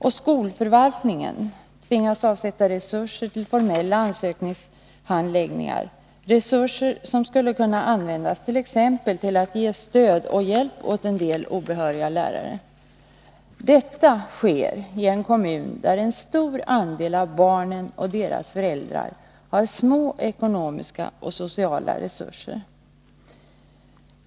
Och skolförvaltningen tvingas avsätta resurser till formella ansökningshandläggningar— resurser som skulle kunna användas till att ge stöd och hjälp åt en del obehöriga lärare. Och detta sker i en kommun där en stor andel av barnen och deras föräldrar har små ekonomiska och sociala resurser.